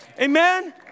Amen